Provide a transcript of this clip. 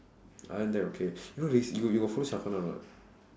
other than that okay you know rec~ you you got follow or not